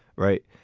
right.